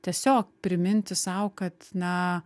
tiesiog priminti sau kad na